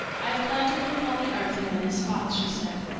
i have planted it upon the earth in many spots, she said.